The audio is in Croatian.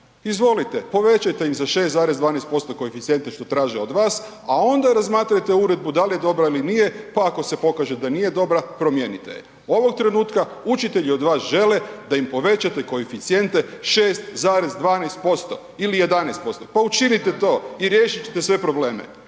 izvolite, povećajte im za 6,12% koeficijente što traže od vas a onda razmatrajte uredbu da li je dobra ili nije pa ako se pokaže da nije dobra, promijenite je. Ovog trenutka, učitelji od vas žele da im povećate koeficijente 6,12% ili 11%, pa učinite to i riješit ćete sve probleme.